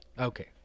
Okay